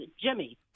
Jimmy